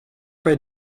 bei